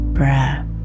breath